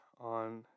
on